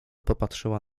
popatrzyła